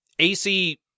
AC